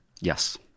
Yes